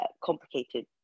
complicated